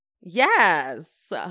Yes